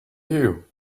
you